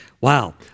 wow